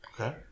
Okay